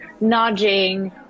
nudging